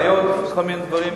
בעיות וכל מיני דברים,